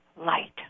light